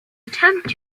attempt